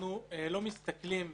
אנחנו לא מסתכלים,